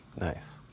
Nice